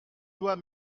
doit